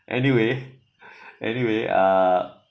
anyway anyway uh